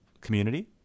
community